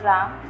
Ram